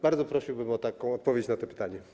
Bardzo prosiłbym o odpowiedź na to pytanie.